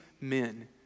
men